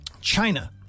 China